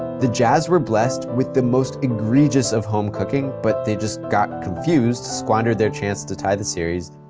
the jazz were blessed with the most egregious of home cooking, but they just got confused, squandered their chance to tie the series,